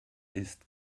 ist